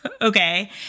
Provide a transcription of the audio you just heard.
okay